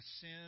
sin